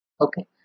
Okay